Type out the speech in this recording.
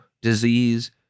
disease